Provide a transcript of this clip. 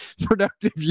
productive